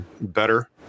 better